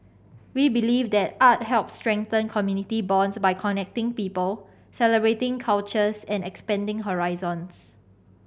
we believe that art helps strengthen community bonds by connecting people celebrating cultures and expanding horizons